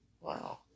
Wow